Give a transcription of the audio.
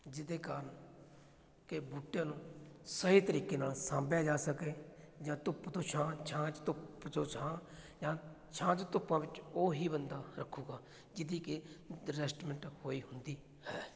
ਜਿਹਦੇ ਕਾਰਨ ਕਿ ਬੂਟਿਆਂ ਨੂੰ ਸਹੀ ਤਰੀਕੇ ਨਾਲ ਸਾਂਭਿਆ ਜਾ ਸਕੇ ਜਾਂ ਧੁੱਪ ਤੋਂ ਛਾਂ ਛਾਂ 'ਚ ਧੁੱਪ 'ਚੋਂ ਛਾਂ ਜਾਂ ਛਾਂ 'ਚ ਧੁੱਪਾਂ ਵਿੱਚ ਉਹ ਹੀ ਬੰਦਾ ਰੱਖੂਗਾ ਜਿਹਦੀ ਕਿ ਅਜੈਸਟਮੈਂਟ ਹੋਈ ਹੁੰਦੀ ਹੈ